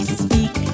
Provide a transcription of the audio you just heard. speak